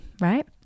Right